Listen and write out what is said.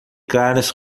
caras